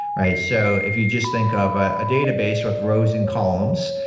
right? so if you just think of a database with rows and columns,